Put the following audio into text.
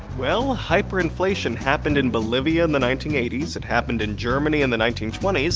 well, hyperinflation happened in bolivia, in the nineteen eighty s it happened in germany in the nineteen twenty s,